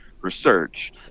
research